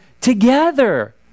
together